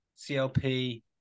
CLP